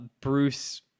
bruce